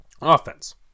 Offense